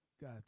God